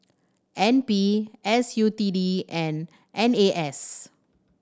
N P S U T D and N A S